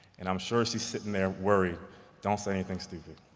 and i'm sure she's sitting there worried don't say anything stupid.